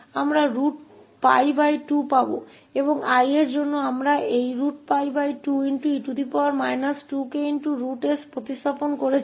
हमें 𝜋2 मिलेगा और 𝐼 के लिए हमने इसे 𝜋2e 2ks से बदल दिया है